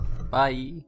Bye